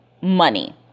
money